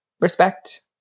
respect